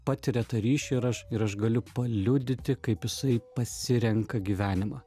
patiria tą ryšį ir aš ir aš galiu paliudyti kaip jisai pasirenka gyvenimą